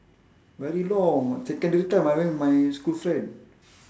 very long secondary time I went with my school friend